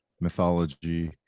mythology